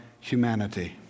humanity